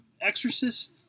Exorcist